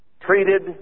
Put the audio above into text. treated